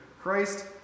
Christ